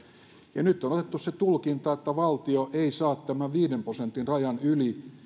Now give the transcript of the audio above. ja nyt on otettu se tulkinta että valtio ei saa tämän viiden prosentin rajan yli